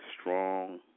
strong